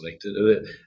selected